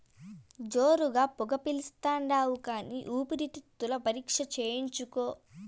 జోరుగా పొగ పిలిస్తాండావు కానీ ఊపిరితిత్తుల పరీక్ష చేయించుకో